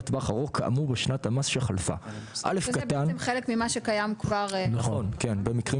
למרות שזה שוק חופשי, ולמרות שזה לא מכרז